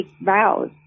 vows